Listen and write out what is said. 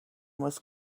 was